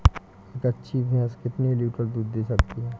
एक अच्छी भैंस कितनी लीटर दूध दे सकती है?